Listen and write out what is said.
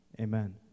Amen